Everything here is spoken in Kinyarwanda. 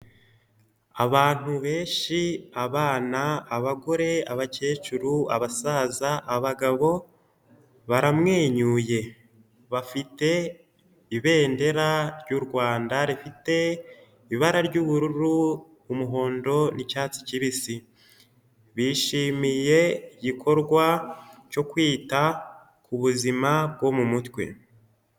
Abantu benshi abana, abagore, abakecuru, abasaza, abagabo, baramwenyuye, bafite ibendera ry'u Rwanda rifite ibara ry'ubururu, umuhondo, n'icyatsi kibisi, bishimiye igikorwa cyo kwita ku buzima bwo mu mutwe.